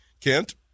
kent